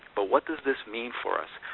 but what does this mean for us?